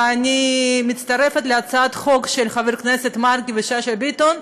ואני מצטרפת להצעת החוק של חברי הכנסת מרגי ושאשא ביטון,